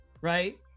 right